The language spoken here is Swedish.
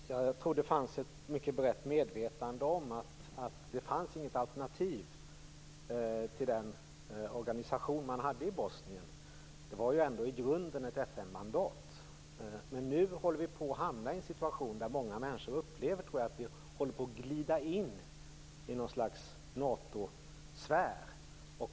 Herr talman! Jag trodde att det fanns ett mycket brett medvetande om att det inte fanns något alternativ till den organisation man hade i Bosnien. Det var ju ändå i grunden ett FN-mandat. Men nu håller vi på att hamna i en situation där jag tror många människor upplever att vi glider in i något slags NATO-sfär.